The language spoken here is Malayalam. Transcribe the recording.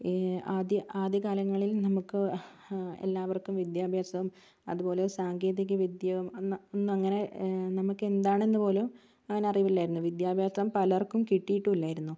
ആദ്യ ആദ്യകാലങ്ങളിൽ നമുക്ക് എല്ലാവർക്കും വിദ്യാഭ്യാസം അതുപോലെ സാങ്കേതിക വിദ്യ ഒന്നു അങ്ങനെ നമുക്ക് എന്താണെന്നുപോലും ഞാൻ അറിവില്ലായിരുന്നു വിദ്യാഭ്യാസം പലർക്കും കിട്ടീട്ടുംഇല്ലാരുന്നു